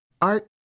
Art